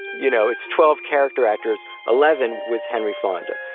you know, it's twelve character actors eleven with henry fonda.